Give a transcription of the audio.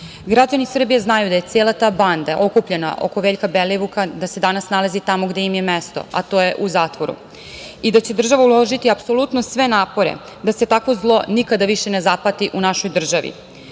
klanu. Građani Srbije znaju da se cela ta banda okupljena oko Veljka Belivuka danas nalazi tamo gde im je mesto, a to je – u zatvoru, i da će država uložiti apsolutno sve napore da se takvo zlo nikada više ne zapati u našoj državi.